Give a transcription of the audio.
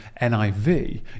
NIV